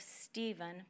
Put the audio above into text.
Stephen